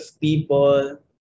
people